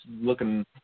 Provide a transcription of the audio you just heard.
looking